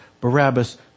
Barabbas